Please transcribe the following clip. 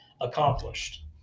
accomplished